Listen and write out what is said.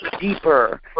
deeper